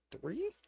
three